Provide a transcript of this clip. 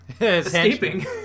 escaping